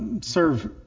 serve